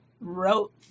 wrote